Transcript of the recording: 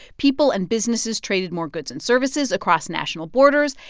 people and businesses traded more goods and services across national borders.